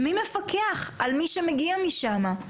מי מפקח על מי שמגיע משם?